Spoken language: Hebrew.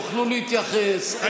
תוכלו להתייחס,